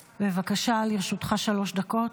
בבקשה, לרשותך שלוש דקות.